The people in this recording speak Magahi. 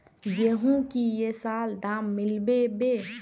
गेंहू की ये साल दाम मिलबे बे?